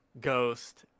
Ghost